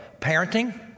Parenting